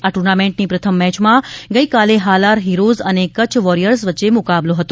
આ ટૂર્નામેન્ટની પ્રથમ મેચમાં ગઈકાલે હાલાર હીરોઝ અને કચ્છ વોરિયર્સ વચ્ચે મૂકબલો હતો